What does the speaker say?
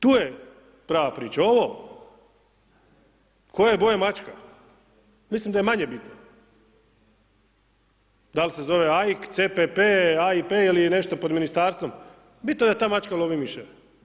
Tu je prava priča, ovo koje je boje mačka, mislim da je manje bitno, dal se zove AIK, CPP, AIP, ili je nešto pod Ministarstvom, bitno je da ta mačka lovi miševe.